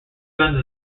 guns